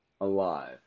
alive